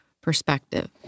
perspective